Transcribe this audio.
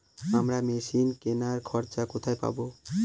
আমরা মেশিন কেনার খরচা কোথায় পাবো?